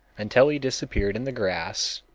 until he disappeared in the grass,